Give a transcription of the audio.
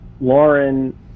Lauren